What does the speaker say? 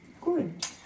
good